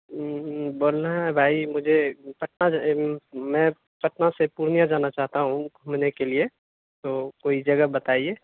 ہوں ہوں بول لئیں بھائی مجھے پٹنہ میں پٹنہ سے پورنیہ جانا چاہتا ہوں گھومنے کے لیے تو کوئی جگہ بتائیے